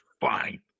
fine